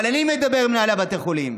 אבל אני מדבר עם מנהלי בתי החולים.